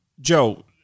Joe